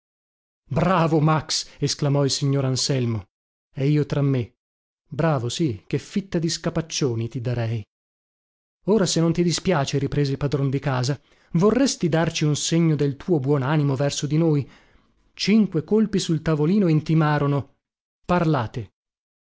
bravo max esclamò il signor anselmo e io tra me bravo sì che fitta di scapaccioni ti darei ora se non ti dispiace riprese il padron di casa vorresti darci un segno del tuo buon animo verso di noi cinque colpi sul tavolino intimarono parlate